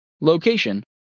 Location